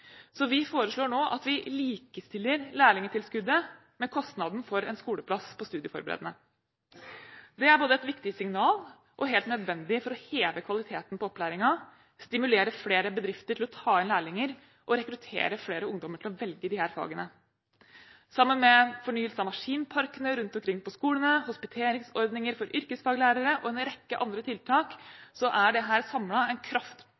så vi foreslår nå at vi likestiller lærlingtilskuddet med kostnaden for en skoleplass på studieforberedende. Det er både et viktig signal og helt nødvendig for å heve kvaliteten på opplæringen, stimulere flere bedrifter til å ta inn lærlinger og rekruttere flere ungdommer til å velge disse fagene. Sammen med fornyelse av maskinparkene rundt omkring på skolene, hospiteringsordninger for yrkesfaglærere og en rekke andre tiltak er det samlet en